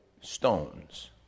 stones